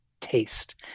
taste